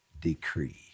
decree